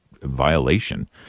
violation